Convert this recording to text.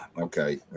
Okay